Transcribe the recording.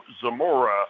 zamora